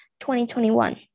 2021